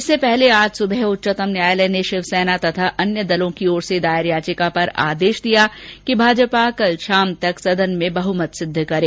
इससे पहले आज सुबह उच्चतम न्यायालय ने शिवसेना तथा अन्य दलों की ओर से दायर याचिका पर आदेश दिया कि भाजपा कल शाम तक सदन में बहमत सिद्ध करें